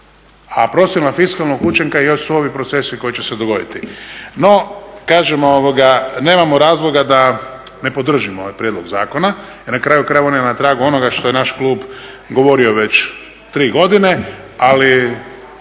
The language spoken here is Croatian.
A procjena fiskalnog učinka još su ovi procesi koji će se dogoditi. No, kažem nemamo razloga da ne podržimo ovaj prijedlog zakona jer na kraju krajeva on je tragu onoga što je naš klub govorio već 3 godine, ali